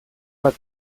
bat